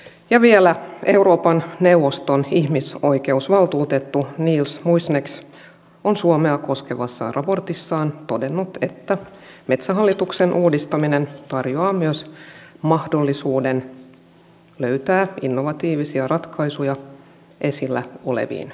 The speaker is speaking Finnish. ja vielä euroopan neuvoston ihmisoikeusvaltuutettu nils muizhnieks on suomea koskevassa raportissaan todennut että metsähallituksen uudistaminen tarjoaa myös mahdollisuuden löytää innovatiivisia ratkaisuja esillä oleviin kysymyksiin